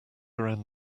around